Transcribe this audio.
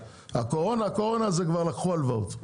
הקורונה, זה כבר לקחו הלוואות,